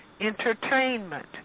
entertainment